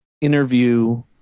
Interview